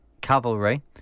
Cavalry